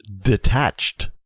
detached